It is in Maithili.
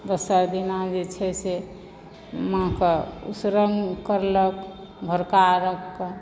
दोसर दिना जे छै से माँकऽ उसरङ्ग करलक भोरका अर्घ्यकऽ